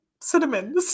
Cinnamon